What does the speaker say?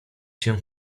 się